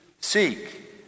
Seek